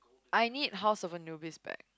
I need House-of-Anubis back